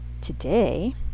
today